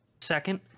Second